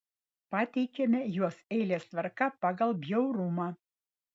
pateikiame juos eilės tvarka pagal bjaurumą